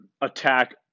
attack